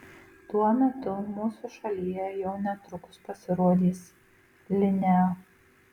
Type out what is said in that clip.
tuo metu mūsų šalyje jau netrukus pasirodys linea